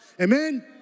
Amen